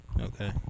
Okay